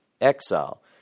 exile